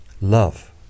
Love